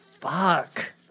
Fuck